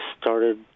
started